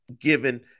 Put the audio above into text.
given